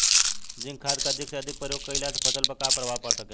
Zinc खाद क अधिक से अधिक प्रयोग कइला से फसल पर का प्रभाव पड़ सकेला?